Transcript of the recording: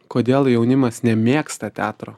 kodėl jaunimas nemėgsta teatro